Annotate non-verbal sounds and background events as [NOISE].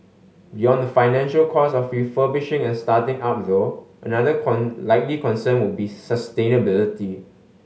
beyond the financial costs of refurbishing and starting up though another [UNINTELLIGIBLE] likely concern will be sustainability